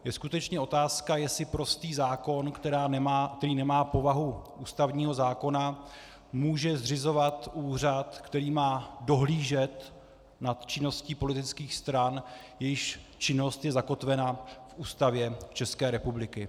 Je skutečně otázka, jestli prostý zákon, který nemá povahu ústavního zákona, může zřizovat úřad, který má dohlížet nad činností politických stran, jejichž činnost je zakotvena v Ústavě České republiky.